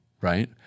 right